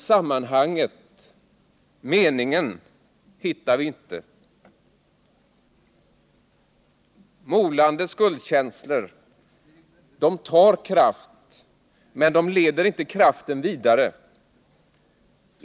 Men sammanhanget — meningen — hittar vi inte. Molande skuldkänslor tar kraft, men de leder inte vidare.